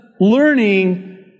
learning